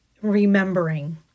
remembering